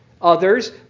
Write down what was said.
Others